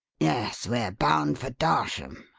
yes we're bound for darsham.